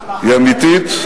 היא אמיתית,